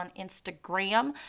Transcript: Instagram